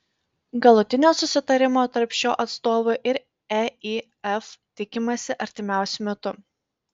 galutinio susitarimo tarp šio atstovų ir eif tikimasi artimiausiu metu